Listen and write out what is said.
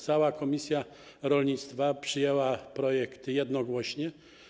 Cała komisja rolnictwa przyjęła projekt jednogłośnie.